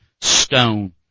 stone